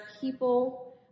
people